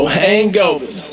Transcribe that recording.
hangovers